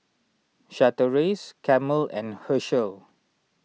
Chateraise Camel and Herschel